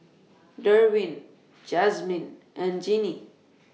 Derwin Jazmine and Jeannie